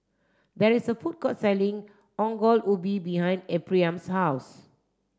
there is a food court selling Ongol Ubi behind Ephriam's house